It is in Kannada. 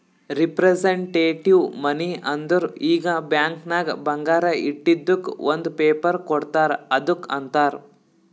ರಿಪ್ರಸಂಟೆಟಿವ್ ಮನಿ ಅಂದುರ್ ಈಗ ಬ್ಯಾಂಕ್ ನಾಗ್ ಬಂಗಾರ ಇಟ್ಟಿದುಕ್ ಒಂದ್ ಪೇಪರ್ ಕೋಡ್ತಾರ್ ಅದ್ದುಕ್ ಅಂತಾರ್